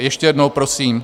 Ještě jednou prosím...